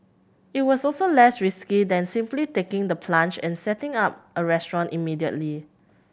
it was also less risky than simply taking the plunge and setting up a restaurant immediately